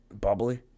Bubbly